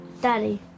Daddy